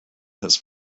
has